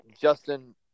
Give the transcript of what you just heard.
Justin